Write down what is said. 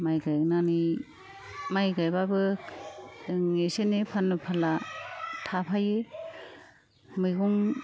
माय गायनानै माइ गायबाबो जोंनि एसे एनै फानलु फानला थाफायो मैगं